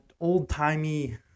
old-timey